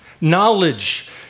knowledge